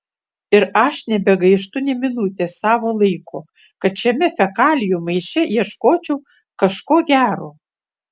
ir aš nebegaištu nė minutės savo laiko kad šiame fekalijų maiše ieškočiau kažko gero